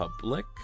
public